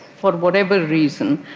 for whatever reason,